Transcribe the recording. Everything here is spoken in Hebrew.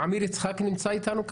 עמיר יצחקי נמצא אתנו כאן?